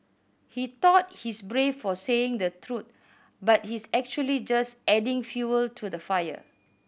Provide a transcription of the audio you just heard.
he thought he's brave for saying the truth but he's actually just adding fuel to the fire